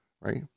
right